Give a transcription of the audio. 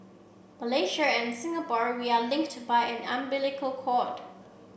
Malaysia and Singapore we are linked by an umbilical cord